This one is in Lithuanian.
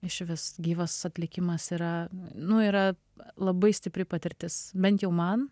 išvis gyvas atlikimas yra nu yra labai stipri patirtis bent jau man